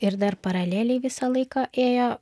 ir dar paraleliai visą laiką ėjo